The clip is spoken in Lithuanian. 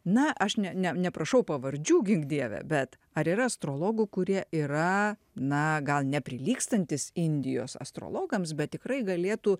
na aš ne ne neprašau pavardžių gink dieve bet ar yra astrologų kurie yra na gal neprilygstantys indijos astrologams bet tikrai galėtų